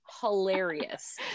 hilarious